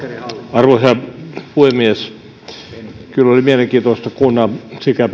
arvoisa puhemies kyllä oli mielenkiintoista kuunnella sekä